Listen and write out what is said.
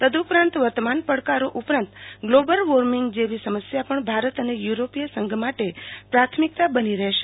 તદુપરાંત વર્તમાન પડકારો ઉપરાંત ગ્લોબલ વોર્મિંગ જેવીસમસ્યા પણ ભારત અને યુરોપીય સંઘ માટે પ્રાથમિકતા બની રહેશે